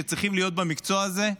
שצריכים להיות במקצוע הזה.